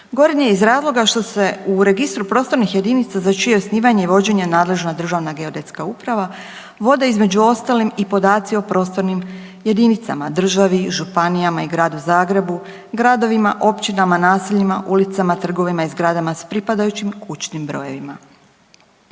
Gornje je iz razloga što se u Registru prostornih jedinica za čije osnivanje i vođenje nadležan Državna geodetska uprava vode, između ostalim, i podaci o prostornim jedinicama, državi, županijama i Gradu Zagrebu, gradovima, općinama, naseljima, ulicama, trgovima i zgradama s pripadajućim kućnim brojevima.